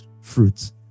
fruits